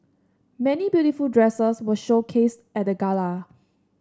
many beautiful dresses were showcased at the gala